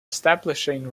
establishing